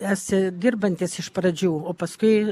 esi dirbantis iš pradžių o paskui